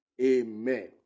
Amen